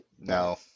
No